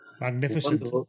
Magnificent